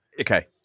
Okay